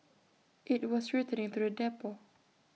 IT was returning to the depot